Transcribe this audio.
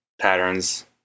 patterns